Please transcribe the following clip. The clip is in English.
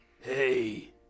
Hey